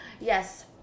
Yes